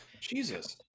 Jesus